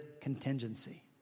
contingency